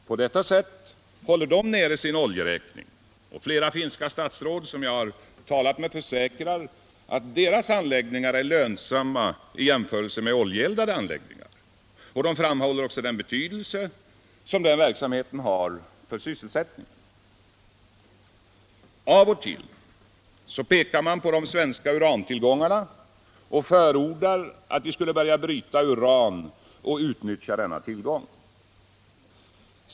På detta sätt håller Finland nere sin oljeräkning. Flera finska statsråd som jag har talat med försäkrar att deras anläggningar är lönsamma i jämförelse med oljeeldade anläggningar. De framhåller också den betydelse som den verksamheten har för sysselsättningen. Av och till pekar man på de svenska urantillgångarna och förordar att vi skall börja bryta uran och utnyttja denna tillgång.